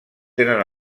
tenen